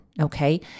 okay